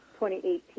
2018